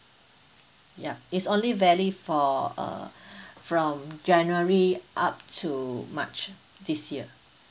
ya it's only valid for uh from january up to march this year